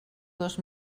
dos